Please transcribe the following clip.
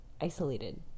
isolated